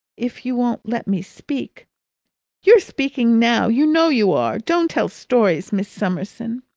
if you won't let me speak you're speaking now. you know you are. don't tell stories, miss summerson.